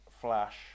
Flash